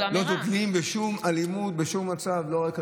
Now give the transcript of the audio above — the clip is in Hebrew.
זו אמירה.